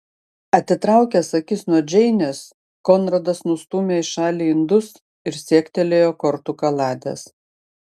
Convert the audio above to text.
atitraukęs akis nuo džeinės konradas nustūmė į šalį indus ir siektelėjo kortų kaladės